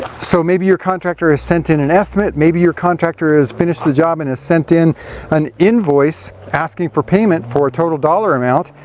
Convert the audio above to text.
so maybe your contractor has sent in an estimate, maybe your contractor has finished the job and has sent in an invoice asking for payment for a total dollar amount,